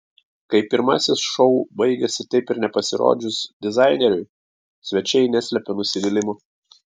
kai pirmasis šou baigėsi taip ir nepasirodžius dizaineriui svečiai neslėpė nusivylimo